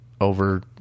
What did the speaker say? over